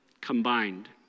combined